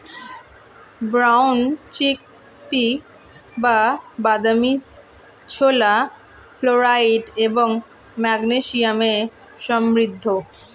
brown chickpea বা বাদামী ছোলা ফ্লোরাইড এবং ম্যাগনেসিয়ামে সমৃদ্ধ